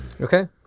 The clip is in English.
Okay